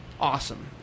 awesome